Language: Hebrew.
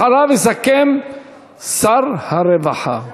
אחריו, יסכם שר הרווחה.